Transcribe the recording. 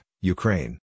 Ukraine